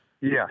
Yes